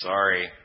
Sorry